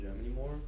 anymore